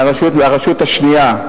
מהרשות השנייה,